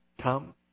Come